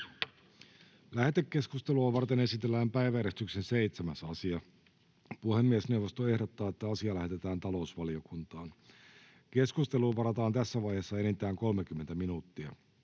Lähetekeskustelua varten esitellään päiväjärjestyksen 7. asia. Puhemiesneuvosto ehdottaa, että asia lähetetään talousvaliokuntaan. Keskusteluun varataan tässä vaiheessa enintään 30 minuuttia.